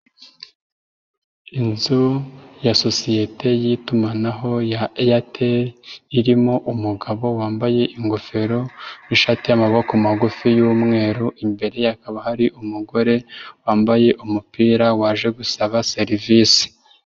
Inzu ya sosiyete y'itumanaho ya Airtel irimo umugabo wambaye ingofero n'ishati y'amaboko magufi y'umweru, imbere ye hakaba hari umugore wambaye umupira waje gusaba serivise.